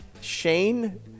Shane